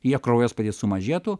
jo kraujospūdis sumažėtų